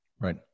right